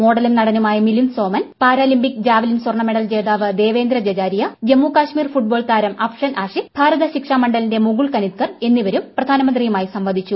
മോഡലും നടനുമായ Milind Soman Paralympic javelin സർണ്ണ മെഡൽ ജേതാവ് ദേവേന്ദ്ര ജജാരിയ ജ്മ്മു കശ്മീർ ഫുട്ബോൾ താരം അഫ്ഷൻ ആഷിക് ഭാരത ശ്രിക്ഷ മണ്ഡലിന്റെ മുകുൾ കനിത്കർ എന്നിവരും പ്രധാനമന്ത്രിയൂമായി സംവദിച്ചു